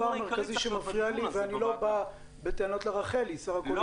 הטיעון המרכזי בדיון הזה -- חבר הכנסת סובה.